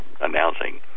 announcing